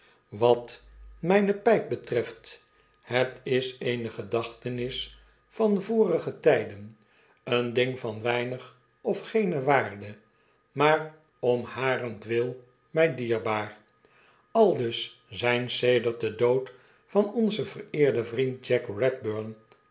wat myne pyp betreft het is eene gedachtenis van vorige tijden een ding van weinig of geene waarde maar om harentwil mij dierbaar aldus zijn sedert den dood van onzen vereerden vriend